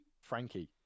frankie